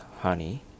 honey